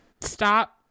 stop